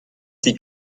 sie